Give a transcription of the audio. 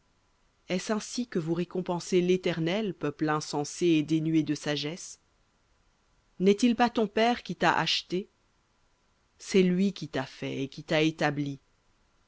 est-ce ainsi que vous récompensez l'éternel peuple insensé et dénué de sagesse n'est-il pas ton père qui t'a acheté c'est lui qui t'a fait et qui t'a établi